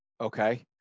okay